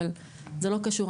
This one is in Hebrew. אבל זה לא קשור,